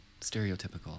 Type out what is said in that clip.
Stereotypical